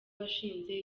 washinze